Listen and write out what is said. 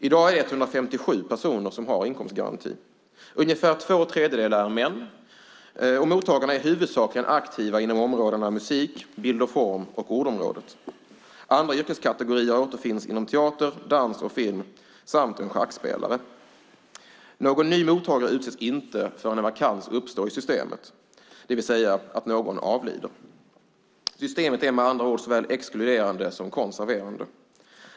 I dag är det 157 personer som har inkomstgaranti. Ungefär två tredjedelar är män, och mottagarna är huvudsakligen aktiva inom områdena musik, bild och form samt ord. Andra yrkeskategorier återfinns inom teater, dans och film. En är schackspelare. Någon ny mottagare utses inte förrän en vakans uppstår i systemet, det vill säga när någon avlider. Systemet är med andra ord såväl exkluderande som konserverande.